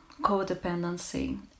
codependency